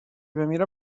بمیره